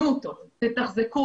זאת אומרת, זה הבסיס לכל מה שקיים.